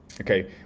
Okay